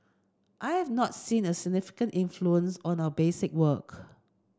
I have not seen a significant influence on our basic work